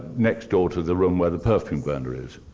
next door to the room where the perfume burner is.